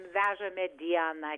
veža medieną